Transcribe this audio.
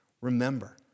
Remember